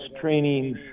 training